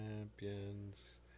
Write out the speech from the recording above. champions